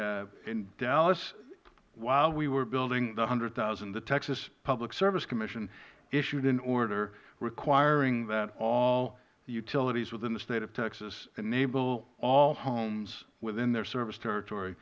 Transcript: casey in dallas while we were building the one hundred thousand the texas public service commission issued an order requiring that all of the utilities within the state of texas enable all homes within their service territory